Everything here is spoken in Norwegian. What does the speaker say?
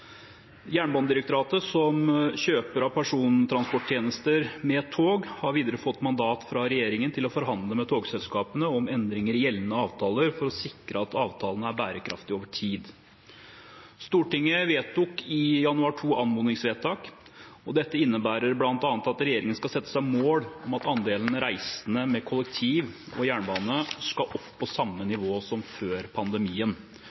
Jernbanedirektoratet, som kjøper av persontransporttjenester med tog, har videre fått mandat fra regjeringen til å forhandle med togselskapene om endringer i gjeldende avtaler for å sikre at avtalene er bærekraftige over tid. Stortinget vedtok i januar to anmodningsvedtak, og dette innebærer bl.a. at regjeringen skal sette seg mål om at andelen reisende med kollektiv og jernbane skal opp på samme nivå som før pandemien,